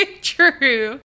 True